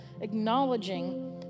acknowledging